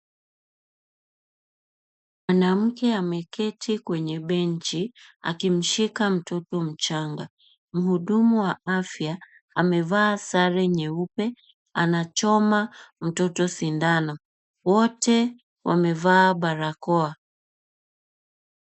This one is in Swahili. Mwanamke ameketi kwenye benki, akimshika mtoto mchanga. Mhudumu wa afya, amevaa sare nyeupe, anachoma mtoto sindano. Wote wamevaa barakoa.